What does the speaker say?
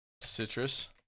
Citrus